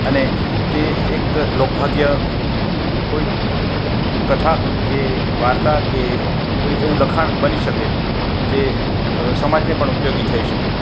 અને તે એક લોકભાગ્ય કોઈ કથા કે વાર્તા કે કોઈ એવું લખાણ બની શકે જે સમાજને પણ ઉપયોગી થઈ શકે